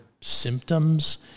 symptoms